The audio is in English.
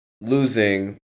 losing